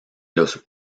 los